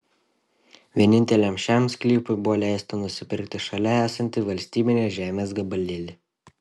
vieninteliam šiam sklypui buvo leista nusipirkti šalia esantį valstybinės žemės gabalėlį